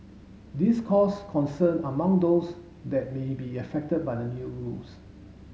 this caused concern among those that may be affected by the new rules